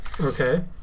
Okay